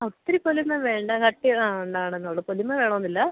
ഒത്തിരി പൊലിമ വേണ്ട കട്ടി ആ ഉണ്ടാകണം എന്നേ ഉള്ളു പൊലിമ വേണമെന്നില്ല